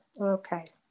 okay